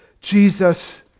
Jesus